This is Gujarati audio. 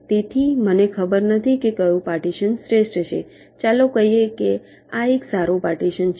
તેથી મને ખબર નથી કે કયું પાર્ટીશન શ્રેષ્ઠ છે ચાલો કહીએ કે આ એક સારું પાર્ટીશન છે